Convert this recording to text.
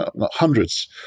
hundreds